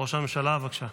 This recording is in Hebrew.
ראש הממשלה, בבקשה.